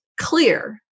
clear